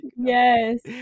yes